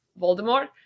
Voldemort